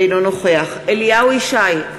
אינו נוכח אליהו ישי,